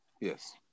Yes